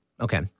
Okay